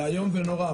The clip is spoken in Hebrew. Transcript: זה איום ונורא.